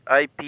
IP